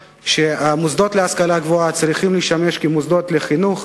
שהמוסדות להשכלה גבוהה צריכים לשמש מוסדות לחינוך,